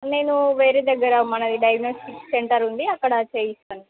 నేను వేరే దగ్గర మనది డయాగ్నోస్టిక్ సెంటర్ ఉంది అక్కడ చేయిస్తాను